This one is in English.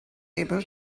able